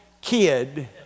kid